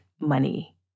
money